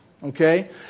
Okay